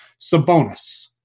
Sabonis